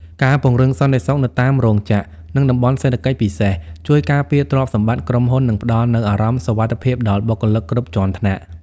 ការពង្រឹងសន្តិសុខនៅតាមរោងចក្រ និងតំបន់សេដ្ឋកិច្ចពិសេស ជួយការពារទ្រព្យសម្បត្តិក្រុមហ៊ុន និងផ្ដល់នូវអារម្មណ៍សុវត្ថិភាពដល់បុគ្គលិកគ្រប់ជាន់ថ្នាក់។